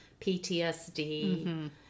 PTSD